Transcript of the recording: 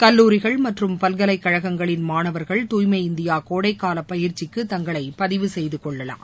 கல்லூரிகள் மற்றும் பல்கலைக்கழகங்களின் மாணவா்கள் தூய்மை இந்தியா கோடை கால பயிற்சிக்கு தங்களை பதிவு செய்துகொள்ளலாம்